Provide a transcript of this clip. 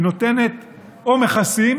היא נותנת או מכסים,